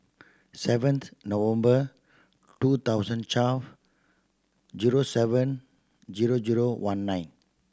seventh November two thousand twelve zero seven zero zero one nine